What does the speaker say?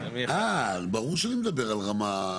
אה, ברור שאני מדבר על רמה.